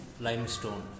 limestone